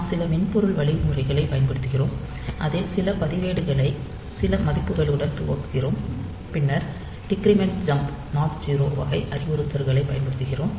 நாம் சில மென்பொருள் வழிமுறைகளைப் பயன்படுத்துகிறோம் அதில் சில பதிவேடுகளை சில மதிப்புகளுடன் துவக்குகிறோம் பின்னர் டிக்ரிமெண்ட் ஜம்ப் நாட் 0 வகை அறிவுறுத்தல்களைப் பயன்படுத்துகிறோம்